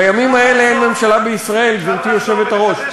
בימים האלה אין ממשלה בישראל, גברתי היושבת-ראש.